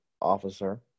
officer